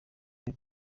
muri